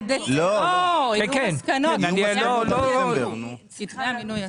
כתבי המינוי ייצאו.